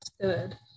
good